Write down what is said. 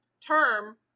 term